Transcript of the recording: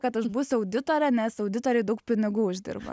kad aš būsiu auditore nes auditoriai daug pinigų uždirba